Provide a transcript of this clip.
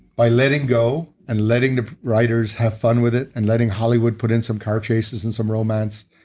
by letting go and letting the writers have fun with it and letting hollywood put in some car chases and some romance,